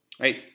Right